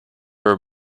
were